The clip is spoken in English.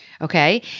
Okay